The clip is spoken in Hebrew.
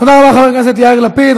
תודה רבה, חבר הכנסת יאיר לפיד.